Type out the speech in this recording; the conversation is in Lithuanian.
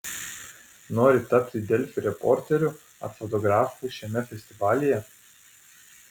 nori tapti delfi reporteriu ar fotografu šiame festivalyje